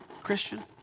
Christian